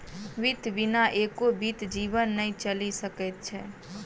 वित्त बिना एको बीत जीवन नै चलि सकैत अछि